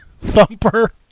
Thumper